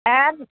एथ